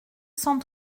cent